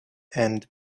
end